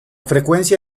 frecuencia